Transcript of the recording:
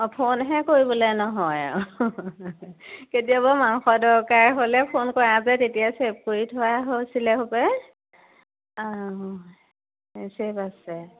অঁ ফোনহে কৰিবলৈ নহয় আৰু কেতিয়াবা মাংস দৰকাৰ হ'লে ফোন কৰা যে তেতিয়া ছেভ কৰি থোৱা হৈছিলে হপায় অঁ ছেভ আছে